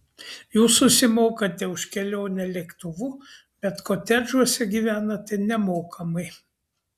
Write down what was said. jūs susimokate už kelionę lėktuvu bet kotedžuose gyvenate nemokamai